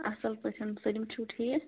اَصٕل پٲٹھۍ سٲلِم چھُو ٹھیٖک